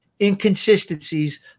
inconsistencies